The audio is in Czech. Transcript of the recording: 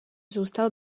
zůstal